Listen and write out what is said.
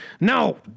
No